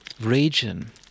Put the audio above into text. region